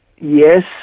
yes